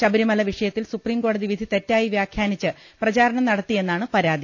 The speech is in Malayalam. ശബരിമല വിഷയത്തിൽ സുപ്രീംകോടതി വിധി തെറ്റായി വ്യാഖ്യാനിച്ച് പ്രചാരണം നടത്തിയെന്നാണ് പരാതി